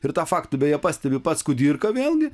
ir tą faktą beje pastebi pats kudirka vėlgi